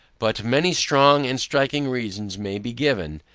but many strong and striking reasons may be given,